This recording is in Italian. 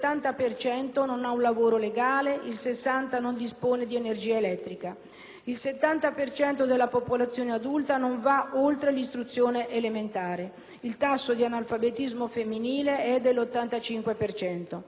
cento della popolazione adulta non va oltre l'istruzione elementare e il tasso di analfabetismo femminile è dell'85 per cento. È poi la popolazione civile a soffrire di più per gli insulti delle armi.